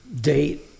date